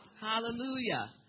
hallelujah